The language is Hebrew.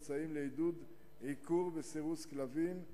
מבצעים לעידוד עיקור וסירוס של כלבים,